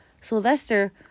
Sylvester